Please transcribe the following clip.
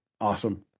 awesome